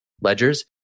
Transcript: ledgers